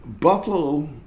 Buffalo